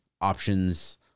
options